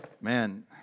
Man